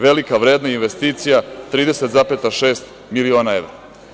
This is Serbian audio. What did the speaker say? Velika, vredna investicija 30,6 miliona evra.